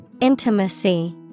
Intimacy